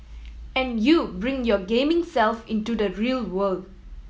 and you bring your gaming self into the real world